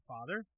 Father